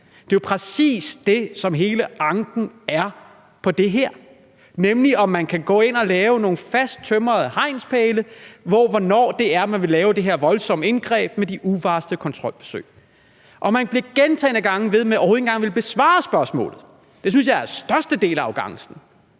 Det er jo præcis det, som hele anken går på her, nemlig spørgsmålet om, om man kan gå ind og sætte nogle fasttømrede hegnspæle for, hvornår man vil lave det her voldsomme indgreb med de uvarslede kontrolbesøg. Man bliver gentagne gange ved med ikke engang at ville besvare spørgsmålet, og det synes jeg er den største del af arrogancen.